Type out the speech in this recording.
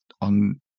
on